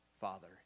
Father